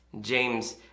James